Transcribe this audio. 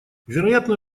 вероятно